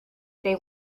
they